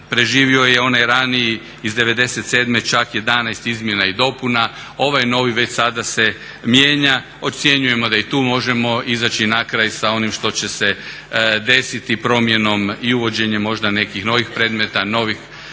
preživio je onaj raniji iz '97. čak 11 izmjena i dopuna. Ovaj novi već sada se mijenja. Ocjenjujemo da i tu možemo izaći na kraj sa onim što će se desiti promjenom i uvođenjem možda nekih novih predmeta ili novih